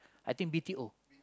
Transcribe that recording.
I think B_T_O